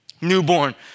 Newborn